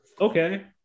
Okay